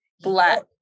Black